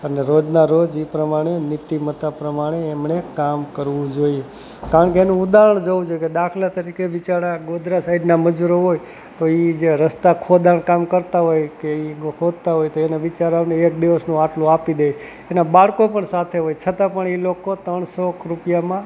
અને રોજના રોજ એ પ્રમાણે નીતિમત્તા પ્રમાણે એમણે કામ કરવું જોઈએ કારણ કે એનું ઉદાહરણ જોઉં છે કે દાખલા તરીકે બિચારા ગોધરા સાઈડના મજૂરો હોય તો એ જે રસ્તા ખોદાણ કામ કરતાં હોય કે એ ખોદતાં હોય તો એને બિચાઉરાવને એક દિવસનું આટલું આપી દે એના બાળકો પણ સાથે હોય છતાં પણ એ લોકો ત્રણસો ક રૂપિયામાં